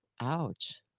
Ouch